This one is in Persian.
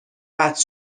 قطع